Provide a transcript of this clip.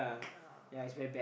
yeah